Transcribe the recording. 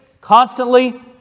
constantly